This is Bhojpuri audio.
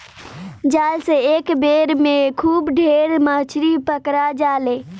जाल से एक बेर में खूब ढेर मछरी पकड़ा जाले